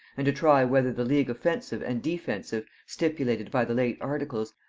and to try whether the league offensive and defensive, stipulated by the late articles,